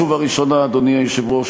אדוני היושב-ראש,